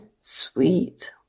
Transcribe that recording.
sweet